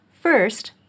First